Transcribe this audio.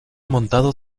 montado